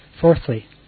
Fourthly